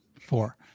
Four